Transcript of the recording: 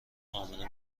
امنه